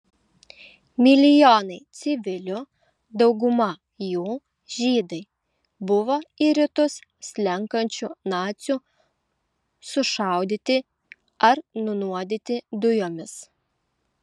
milijonai civilių dauguma jų žydai buvo į rytus slenkančių nacių sušaudyti ar nunuodyti dujomis